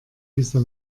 dieser